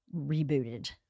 rebooted